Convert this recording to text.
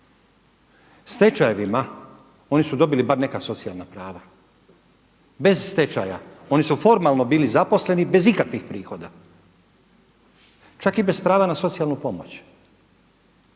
Stečajevima oni su dobili bar neka socijalna prava. Bez stečaja oni su formalno bili zaposleni bez ikakvih prihoda, čak i bez prava na socijalnu pomoć.